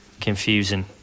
confusing